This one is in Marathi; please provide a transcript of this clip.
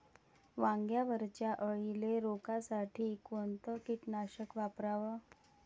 वांग्यावरच्या अळीले रोकासाठी कोनतं कीटकनाशक वापराव?